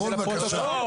רון, בבקשה.